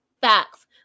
Facts